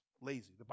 Lazy